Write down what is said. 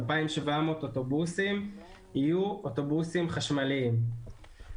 2,700 אוטובוסים יהיו אוטובוסים חשמליים.